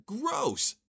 gross